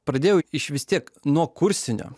pradėjau išvis tiek nuo kursinio